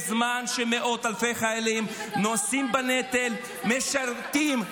בזמן שמאות אלפי חיילים נושאים בנטל ומשרתים.